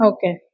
Okay।